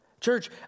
Church